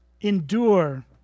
endure